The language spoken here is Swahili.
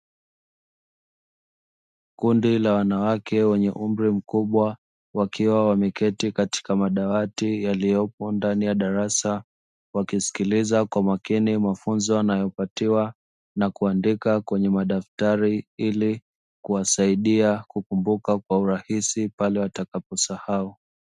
Kundi la wanawake wenye umri mkubwa wakiwa wameketi katika madawati yaliyopo ndani ya darasa, wakisikiliza kwa makini mafunzo wanayopatiwa na kuandika kwenye madaftari, ili kuwasaidia kukumbuka kwa urahisi pale watakaposahau.